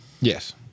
Yes